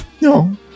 no